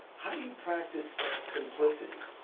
how do you practice simplicity?